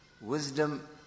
wisdom